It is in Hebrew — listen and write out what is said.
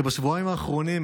בשבועיים האחרונים,